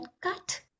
cut